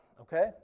okay